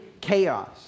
chaos